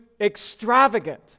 extravagant